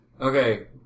Okay